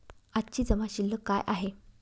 आजची जमा शिल्लक काय आहे?